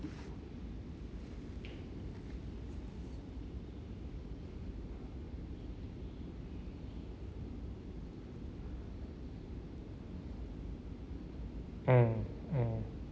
mm mm